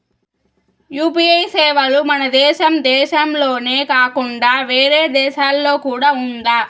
UPI సేవలు మన దేశం దేశంలోనే కాకుండా వేరే దేశాల్లో కూడా ఉందా?